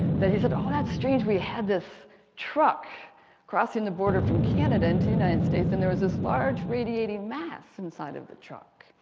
that he said, oh that's strange we had this truck crossing the border from canada into the united states and there was this large radiating mass inside of the truck.